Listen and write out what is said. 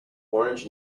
orange